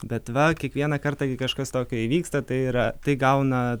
bet va kiekvieną kartą kai kažkas tokio įvyksta tai yra tai gauna